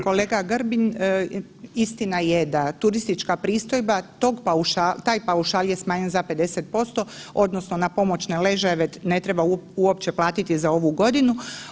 Kolega Grbin, istina je da turistička pristojba, taj paušal je smanjen za 50% odnosno na pomoćne ležajeve ne treba uopće platiti za ovu godinu.